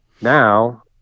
Now